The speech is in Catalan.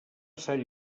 sant